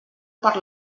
per